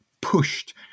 pushed